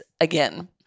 again